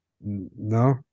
No